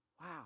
Wow